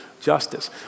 justice